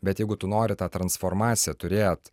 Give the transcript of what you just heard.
bet jeigu tu nori tą transformaciją turėt